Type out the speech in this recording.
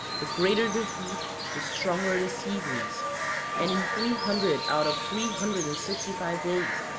the greater the heat the stronger the sea-breeze and in three hundred out of three hundred and sixty-five days,